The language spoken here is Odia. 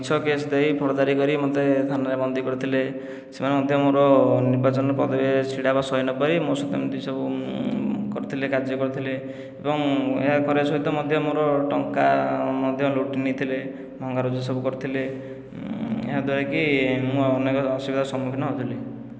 ମିଛ କେସ୍ ଦେଇ ଫୋର୍ଜରି କରି ମୋତେ ଥାନାରେ ବନ୍ଦୀ କରିଥିଲେ ସେମାନେ ମଧ୍ୟ ମୋର ନିର୍ବାଚନ ପଦବୀରେ ଛିଡ଼ା ହେବା ସହି ନପାରି ମୋ ସହିତ ଏମିତି ସବୁ କାର୍ଯ୍ୟ କରିଥିଲେ ଏବଂ ଏହା କରିବା ସହିତ ମଧ୍ୟ ମୋର ଟଙ୍କା ମଧ୍ୟ ଲୁଟି ନେଇଥିଲେ ଭଙ୍ଗା ରୁଜା ସବୁ କରିଥିଲେ ଏହାଦ୍ୱାରା କି ମୁଁ ଅନେକ ଅସୁବିଧାର ସମ୍ମୁଖୀନ ହେଉଥିଲି